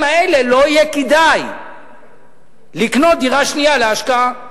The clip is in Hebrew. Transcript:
האלה לא יהיה כדאי לקנות דירה שנייה להשקעה.